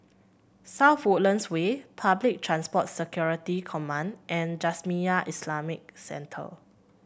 South Woodlands Way Public Transport Security Command and Jamiyah Islamic Centre